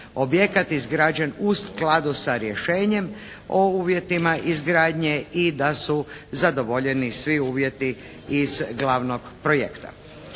objekat izgrađen u skladu sa rješenjem o uvjetima izgradnje i da su zadovoljeni svi uvjeti iz glavnog projekta.